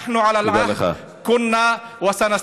אני יודע שהעם מעריך את מי שעבד ומי שעשה,